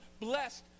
blessed